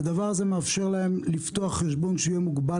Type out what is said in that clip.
הדבר הזה מאפשר להם לפתוח חשבון שיהיה מוגבל